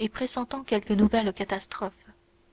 et pressentant quelque nouvelle catastrophe